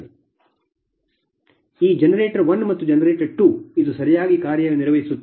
ನೀವು ಇದನ್ನು ತೆಗೆದುಕೊಳ್ಳಲು ಸಾಧ್ಯವಿಲ್ಲ ಈ ಜನರೇಟರ್ 1 ಮತ್ತು ಜನರೇಟರ್ 2 ಇದು ಸರಿಯಾಗಿ ಕಾರ್ಯನಿರ್ವಹಿಸುತ್ತದೆ